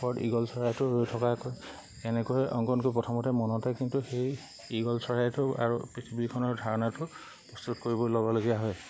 ওৰত eagle চৰাইটো ৰৈ থকাকৈ এনেকৈ অংকন কৰিব প্ৰথমতে মনতে কিন্তু সেই ঈগল চৰাইটো আৰু পৃথিৱীখনৰ ধাৰণাটো প্ৰস্তুত কৰিব ল'বলগীয়া হয়